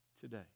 today